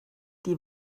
die